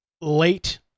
late